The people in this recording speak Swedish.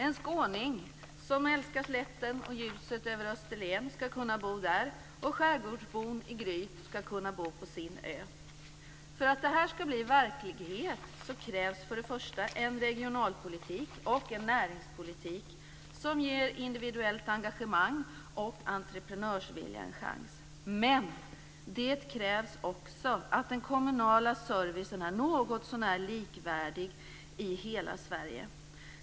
En skåning som älskar slätten och ljuset över Österlen skall kunna bo där, och skärgårdsbon i Gryt skall kunna bo på sin ö. För att det här skall bli verklighet krävs en regionalpolitik och en näringspolitik som ger individuellt engagemang och entreprenörsvilja en chans. Men det krävs också att den kommunala servicen är någotsånär likvärdig i hela Sverige.